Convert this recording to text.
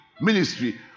Ministry